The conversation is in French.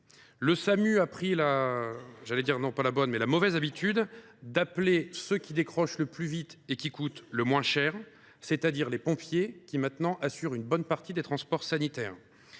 (Samu) a pris la mauvaise habitude d’appeler ceux qui décrochent le plus vite et qui coûtent le moins cher, c’est à dire les pompiers. Ceux ci assument maintenant une bonne partie des transports sanitaires.